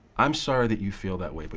i'm sorry that you feel that way, but